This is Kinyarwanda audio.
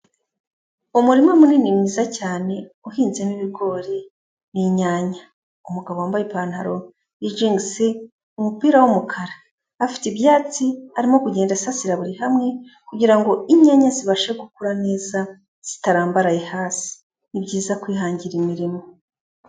Umurima munini mwiza cyane uhinzemo ibigori n'inyanya, umugabo wambaye ipantaro y'ijingisi umupira w'umukara, afite ibyatsi arimo kugenda asasira buri hamwe kugira ngo inyanya zibashe gukura neza zitarambaraye hasi, ni byiza kwihangira imirimo.